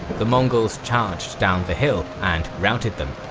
the mongols charged down the hill and routed them.